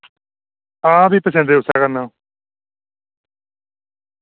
हां फ्ही पसंद ते उस्सै करना